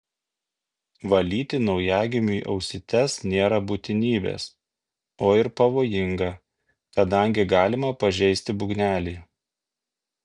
valyti naujagimiui ausytes nėra būtinybės o ir pavojinga kadangi galima pažeisti būgnelį